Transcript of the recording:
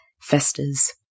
festers